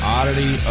Oddity